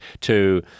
to-